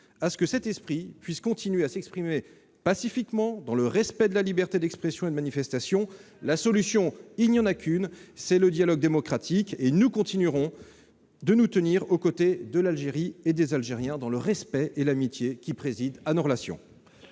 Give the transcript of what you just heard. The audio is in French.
à ce que cet esprit puisse continuer à s'exprimer pacifiquement, dans le respect de la liberté d'expression et de manifestation. Il n'y a qu'une solution : le dialogue démocratique. Nous continuerons à nous tenir aux côtés de l'Algérie et des Algériens, dans le respect et l'amitié qui président à nos relations.